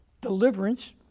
deliverance